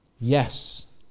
Yes